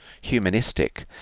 humanistic